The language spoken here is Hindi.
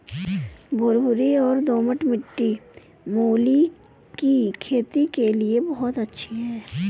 भुरभुरी और दोमट मिट्टी मूली की खेती के लिए बहुत अच्छी है